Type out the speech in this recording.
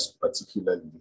particularly